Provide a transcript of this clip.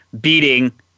beating